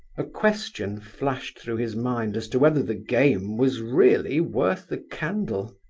a question flashed through his mind as to whether the game was really worth the candle.